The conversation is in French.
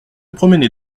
promenait